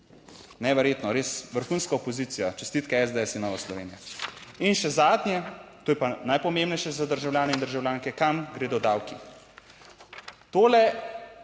Neverjetno, res vrhunska opozicija, čestitke, SDS in Nova Slovenija. In še zadnje, to je pa najpomembnejše za državljane in državljanke, kam gredo davki. Tole,